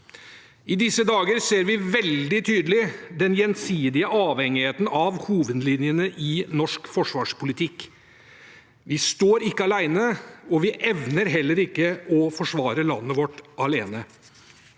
I disse dager ser vi veldig tydelig den gjensidige avhengigheten av hovedlinjene i norsk forsvarspolitikk. Vi står ikke alene, og vi evner heller ikke å forsvare landet vårt alene.